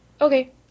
Okay